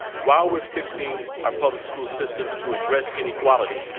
while we're fixing our public-school systems to address inequality,